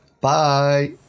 Bye